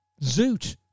Zoot